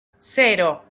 cero